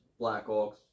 Blackhawks